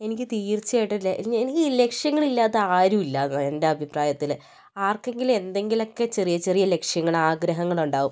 എനിക്ക് തീർച്ചയായിട്ടും ല എനിക്കി ലക്ഷ്യങ്ങൾ ഇല്ലാത്ത ആരും ഇല്ല എന്നാണ് എൻ്റെ അഭിപ്രായത്തിൽ ആർക്കെങ്കിലും എന്തെങ്കിലുമൊക്കെ ചെറിയ ചെറിയ ലക്ഷ്യങ്ങൾ ആഗ്രഹങ്ങൾ ഉണ്ടാവും